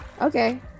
Okay